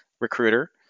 recruiter